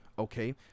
Okay